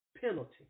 penalty